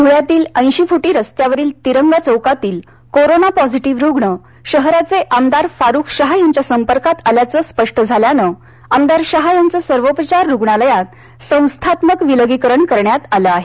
धुळ्यातील ऐंशी फुटी रोड वरील तिरंगा चौकातील कोरोना पॉझिटीव्ह रुग्ण शहराचे आमदार फारुक शाह याच्या संपर्कात आल्याच स्पष्ट झाल्यान आमदार शाह याच सर्वोपचार रुग्णालयात संस्थात्मक विलगीकरण करण्यात आलं आहे